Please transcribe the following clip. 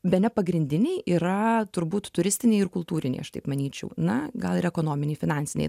bene pagrindiniai yra turbūt turistiniai ir kultūriniai aš taip manyčiau na gal ir ekonominiai finansiniai